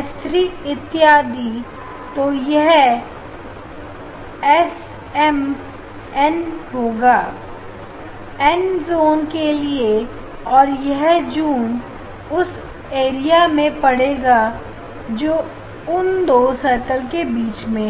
s3 इत्यादि तो यह एसएम एन होगा एन जोन के लिए और यह जून उस एरिया में पड़ेगा जो उन दो सर्कल के बीच में है